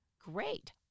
Great